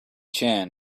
chan